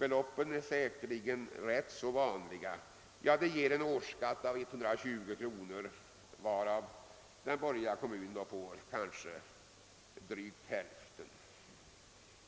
beloppen ganska vanliga. Detta hus ger en årsskatt på 120 kronor, varav den borgerliga kommunen kanske får drygt hälften.